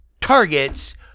targets